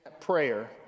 prayer